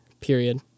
period